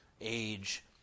age